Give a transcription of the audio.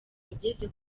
wageze